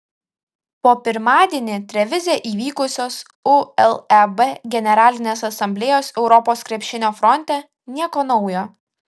po pirmadienį trevize įvykusios uleb generalinės asamblėjos europos krepšinio fronte nieko naujo